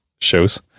shows